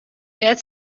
باید